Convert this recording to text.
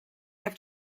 hebt